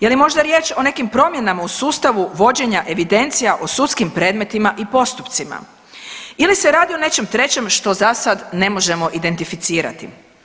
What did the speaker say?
Je li možda riječ o nekim promjenama u sustavu vođenja evidencija o sudskim predmetima i postupcima ili se radi o nečem trećem što za sad ne možemo identificirati.